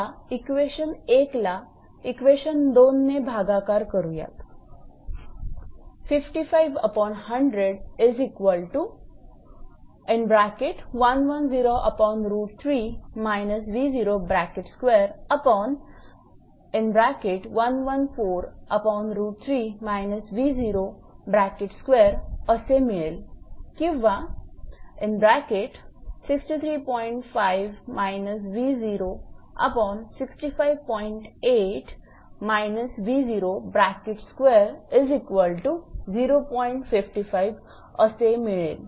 आता इक्वेशन 1ला इक्वेशन 2 ने भागाकार करूयात असे मिळेल किंवा असे मिळेल